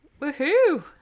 Woohoo